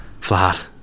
flat